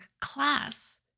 class